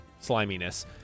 sliminess